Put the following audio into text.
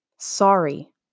sorry